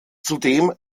zudem